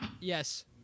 Yes